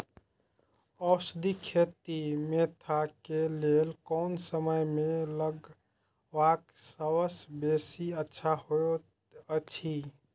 औषधि खेती मेंथा के लेल कोन समय में लगवाक सबसँ बेसी अच्छा होयत अछि?